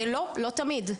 לא, לא תמיד.